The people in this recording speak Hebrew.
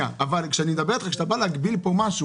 אבל כשאתה בא להגביל פה משהו,